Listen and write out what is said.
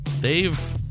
Dave